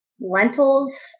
lentils